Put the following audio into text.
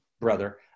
brother